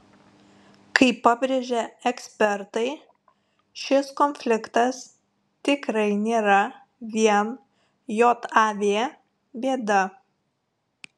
kaip pabrėžia ekspertai šis konfliktas tikrai nėra vien jav bėda